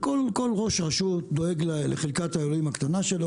וכל ראש רשות דואג לחלקת האלוהים הקטנה שלו,